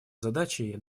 задачей